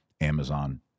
Amazon